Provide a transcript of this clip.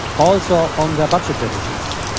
also on the budget deficits,